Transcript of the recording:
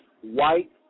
white